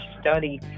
study